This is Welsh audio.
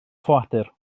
ffoadur